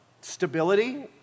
stability